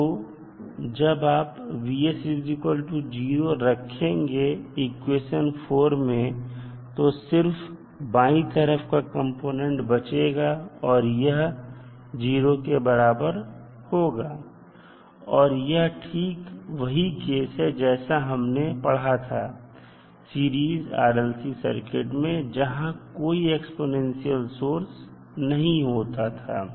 तो जब आप Vs 0 रखेंगे इक्वेशन 4 में तो सिर्फ बाई तरफ का कंपोनेंट बचेगा और यह 0 के बराबर होगा और यह ठीक वही केस है जैसा हमने पढ़ा था सीरीज RLC सर्किट में जहां कोई एक्सटर्नल सोर्स नहीं होता था